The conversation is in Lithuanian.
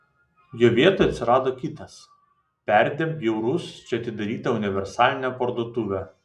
jo vietoje atsirado kitas perdėm bjaurus čia atidaryta universalinė parduotuvė